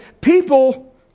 people